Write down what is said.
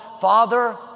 father